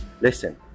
listen